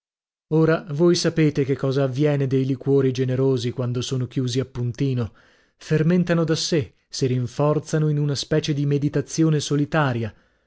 ora voi sapete che cosa avviene dei liquori generosi quando sono chiusi appuntino fermentano da sè si rinforzano in una specie di meditazione solitaria